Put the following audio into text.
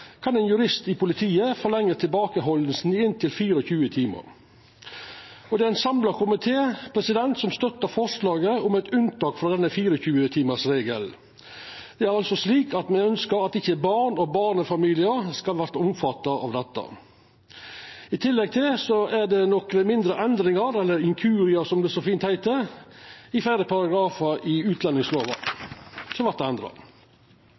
kan ein jurist i politiet forlenga tilbakehaldinga i inntil 24 timar. Det er ein samla komité som støttar forslaget om eit unntak frå denne 24-timarsregelen. Det er altså slik at me ønskjer at barn og barnefamiliar ikkje skal verta omfatta av dette. I tillegg er det nokre mindre endringar – eller inkuriar, som det så fint heiter – i fleire paragrafar i utlendingslova, som vert endra. Så er det